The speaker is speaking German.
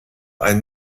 ein